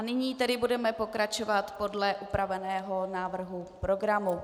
Nyní tedy budeme pokračovat podle upraveného návrhu programu.